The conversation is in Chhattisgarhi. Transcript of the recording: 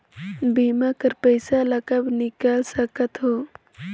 बीमा कर पइसा ला कब निकाल सकत हो?